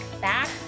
back